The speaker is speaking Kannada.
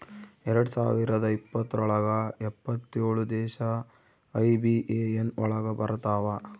ಎರಡ್ ಸಾವಿರದ ಇಪ್ಪತ್ರೊಳಗ ಎಪ್ಪತ್ತೇಳು ದೇಶ ಐ.ಬಿ.ಎ.ಎನ್ ಒಳಗ ಬರತಾವ